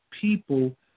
people